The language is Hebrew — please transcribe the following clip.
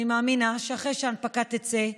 אני מאמינה שאחרי שההנפקה תצא,